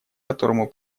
которому